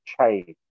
change